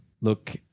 Look